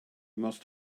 must